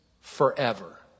forever